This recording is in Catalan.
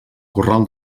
corral